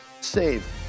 save